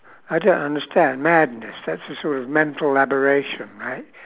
I don't understand madness that's a sort of mental aberration right